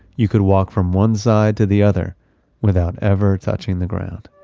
you could walk from one side to the other without ever touching the ground